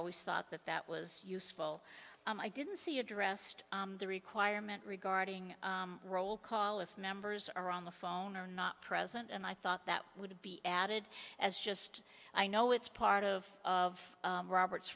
always thought that that was useful i didn't see addressed the requirement regarding roll call if members are on the phone or not present and i thought that would be added as just i know it's part of of robert